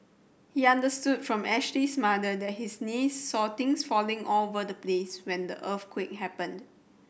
he understood from Ashley's mother that his niece saw things falling all over the place when the earthquake happened